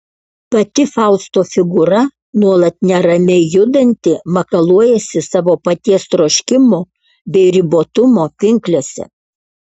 pati fausto figūra nuolat neramiai judanti makaluojasi savo paties troškimų bei ribotumo pinklėse